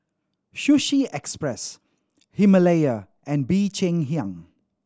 Sushi Express Himalaya and Bee Cheng Hiang